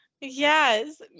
Yes